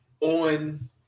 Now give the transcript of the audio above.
on